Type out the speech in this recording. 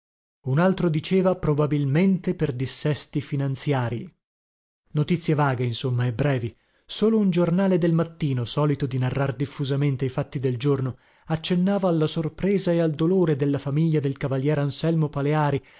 un altro diceva probabilmente per dissesti finanziarii notizie vaghe insomma e brevi solo un giornale del mattino solito di narrar diffusamente i fatti del giorno accennava alla sorpresa e al dolore della famiglia del cavalier anselmo paleari